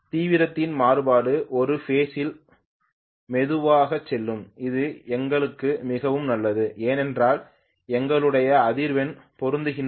தீவிரத்தின் மாறுபாடு ஒரு பேஸ் இல் மெதுவாகச் செல்லும் இது எங்களுக்கு மிகவும் நல்லது ஏனென்றால் எங்களுடைய அதிர்வெண்கள் பொருந்துகின்றன